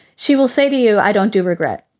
she will say to you, i don't do regret.